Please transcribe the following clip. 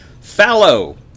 Fallow